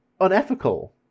unethical